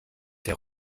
der